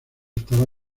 estaba